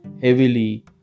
heavily